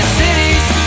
cities